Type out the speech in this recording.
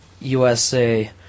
USA